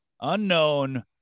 unknown